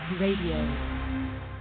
Radio